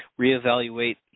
reevaluate